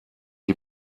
die